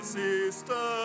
sister